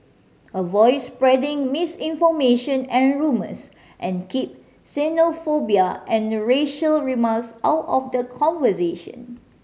avoid spreading misinformation and rumours and keep xenophobia and racial remarks out of the conversation